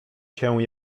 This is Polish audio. cię